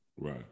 Right